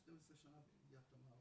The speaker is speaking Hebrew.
12 שנה ביד תמר,